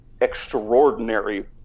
extraordinary